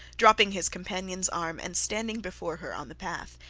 dropping his companion's arm, and standing before her on the path.